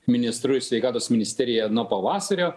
ministru ir sveikatos ministerija nuo pavasario